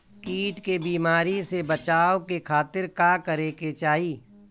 कीट के बीमारी से बचाव के खातिर का करे के चाही?